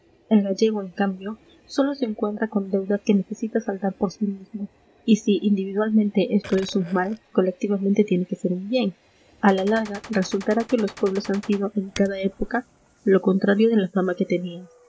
gallego en cambio sólo se encuentra con deudas que necesita saldar por sí mismo y si individualmente esto es un mal colectivamente tiene que ser un bien a la larga resultará que los pueblos han sido en cada época lo contrario de la fama que tenían